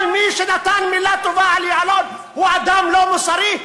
כל מי שנתן מילה טובה על יעלון הוא אדם לא מוסרי,